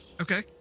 Okay